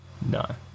No